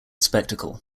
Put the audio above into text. spectacle